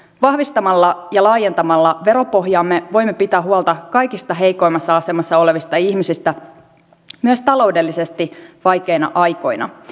vahvistamalla ja laajentamalla veropohjaamme voimme pitää huolta kaikista heikoimmassa asemassa olevista ihmisistä myös taloudellisesti vaikeina aikoina